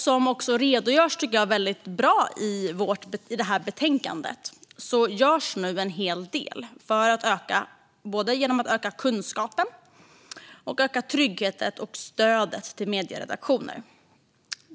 Som det redogörs för väldigt bra i betänkandet görs nu en hel del för att öka kunskapen, öka tryggheten och öka stödet till medieredaktioner.